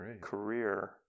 career